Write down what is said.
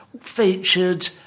featured